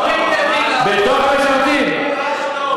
לא, ממש לא.